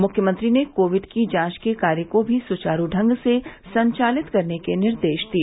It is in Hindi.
मुख्यमंत्री ने कोविड की जांच के कार्य को भी सुचारू ढंग से संचालित करने के निर्देश दिए